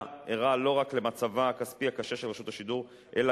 ערה לא רק למצבה הכספי הקשה של רשות השידור אלא,